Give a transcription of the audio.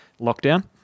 lockdown